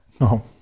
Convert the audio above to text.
No